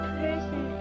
person